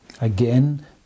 Again